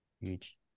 Huge